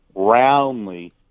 roundly